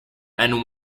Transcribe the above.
and